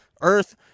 Earth